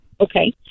Okay